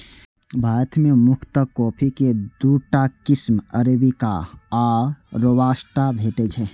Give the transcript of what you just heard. भारत मे मुख्यतः कॉफी के दूटा किस्म अरेबिका आ रोबास्टा भेटै छै